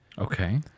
okay